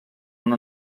una